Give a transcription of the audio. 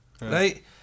Right